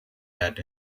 that